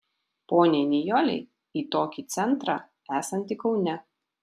poniai nijolei į tokį centrą esantį kaune